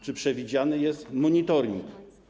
Czy przewidziany jest monitoring?